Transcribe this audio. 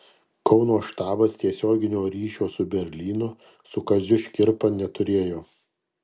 kauno štabas tiesioginio ryšio su berlynu su kaziu škirpa neturėjo